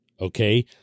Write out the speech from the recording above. okay